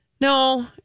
no